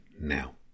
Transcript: now